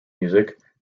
music